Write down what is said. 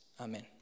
Amen